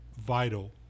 vital